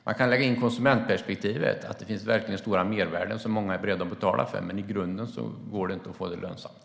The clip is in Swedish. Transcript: Konsumentperspektivet visar att det finns stora mervärden som många är beredda att betala för, men i grunden går det inte att få det lönsamt.